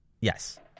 Yes